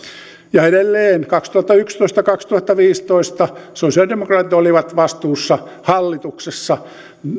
ja edelleen kaksituhattayksitoista viiva kaksituhattaviisitoista sosiaalidemokraatit olivat hallituksessa vastuussa